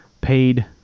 paid